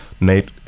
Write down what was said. Nate